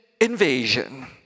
invasion